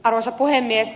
arvoisa puhemies